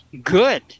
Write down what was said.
good